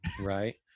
right